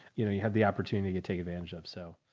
you know, you have the opportunity to take advantage of, so.